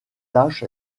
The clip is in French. tâches